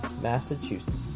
Massachusetts